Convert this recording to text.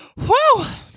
whoa